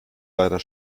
leider